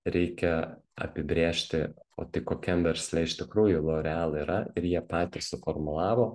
reikia apibrėžti o tai kokiam versle iš tikrųjų loreal yra ir jie patys suformulavo